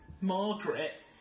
Margaret